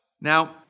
Now